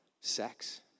sex